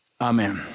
Amen